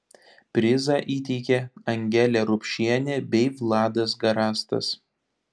prizą įteikė angelė rupšienė bei vladas garastas